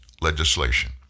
legislation